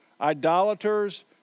idolaters